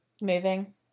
Moving